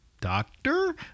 doctor